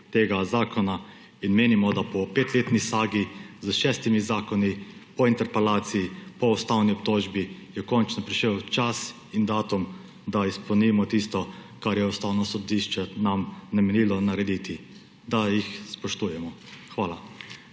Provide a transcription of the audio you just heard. tega zakona. Menimo, da je po 5-letni sagi, s 6 zakoni, po interpelaciji, po ustavni obtožbi končno prišel čas in datum, da izpolnimo tisto, kar nam je Ustavno sodišče namenilo narediti, da jih spoštujemo. Hvala.